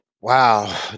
Wow